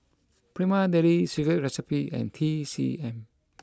Prima Deli Secret Recipe and T C M